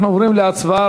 אנחנו עוברים להצבעה.